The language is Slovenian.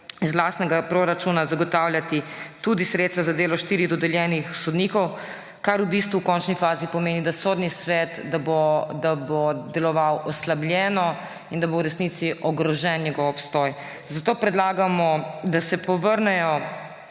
iz lastnega proračuna zagotavljati tudi sredstva za delo štirih dodeljenih sodnikov, kar v bistvu v končni fazi pomeni, da bo Sodni svet deloval oslabljeno in da bo v resnici ogrožen njegov obstoj. Zato predlagamo, da se povrnejo